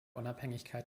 unabhängigkeit